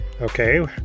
Okay